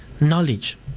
knowledge